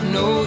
no